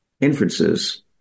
inferences